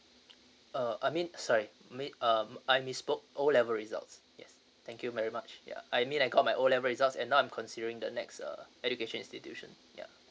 uh I mean sorry I mean uh I misspoke O level results yes thank you very much ya I mean I got my O level results and now I'm considering the next uh education institution ya